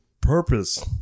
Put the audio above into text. purpose